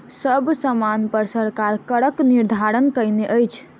सब सामानपर सरकार करक निर्धारण कयने अछि